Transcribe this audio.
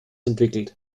entwickelt